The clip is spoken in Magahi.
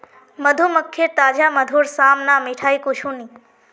मधुमक्खीर ताजा मधुर साम न मिठाई कुछू नी